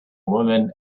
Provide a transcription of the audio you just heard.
women